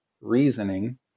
reasoning